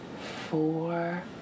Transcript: four